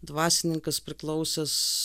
dvasininkas priklausęs